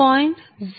19820